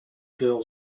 girl